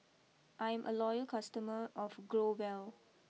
I'm a loyal customer of Growell